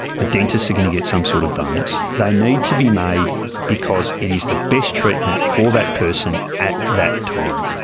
dentists are going to get some sort of bonus, they need to be made because it is the best treatment for that person at that time.